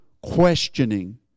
questioning